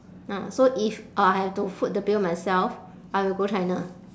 ah so if I have to foot the bill myself I will go china